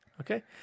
Okay